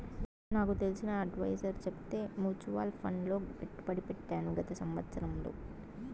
నాకు తెలిసిన అడ్వైసర్ చెప్తే మూచువాల్ ఫండ్ లో పెట్టుబడి పెట్టాను గత సంవత్సరంలో